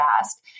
fast